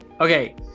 Okay